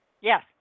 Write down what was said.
Yes